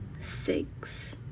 six